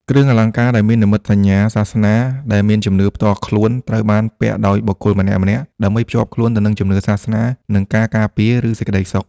គ្រឿងអលង្ការដែលមាននិមិត្តសញ្ញាសាសនា ដែលមានជំនឿផ្ទាល់ខ្លួនត្រូវបានពាក់ដោយបុគ្គលម្នាក់ៗ ដើម្បីភ្ជាប់ខ្លួនទៅនឹងជំនឿសាសនា និងការការពារ ឬសេចក្តីសុខ។